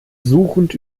suchend